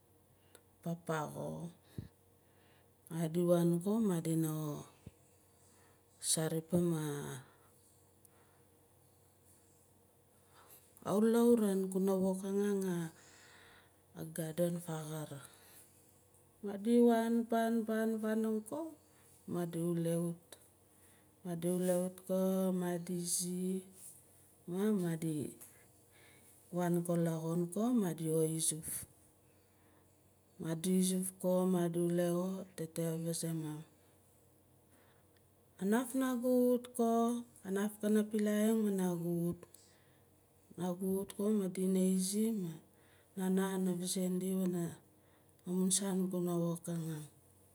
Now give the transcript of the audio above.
Papa xo madi wan ko madina saripim a laauran kuna wokang ang ah garden fargur madi wan pan- pan- pan fanong ko madi wule wut madi wule wut ko madi zii maa madi wan ko la xon ko madi waizuf madi izuf ko madi wule xo tata ka vazae mum kanaf nagu wut ko kanaf pana pilaiing ma nagu wut nugu wut ko madi izi ma nana kan vazae di wana amun saan kuna wokanging